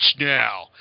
now